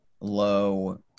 low